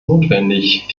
notwendig